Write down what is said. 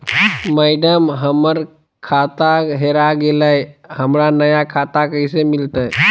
madam, हमर खाता हेरा गेलई, हमरा नया खाता कैसे मिलते